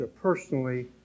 personally